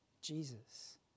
Jesus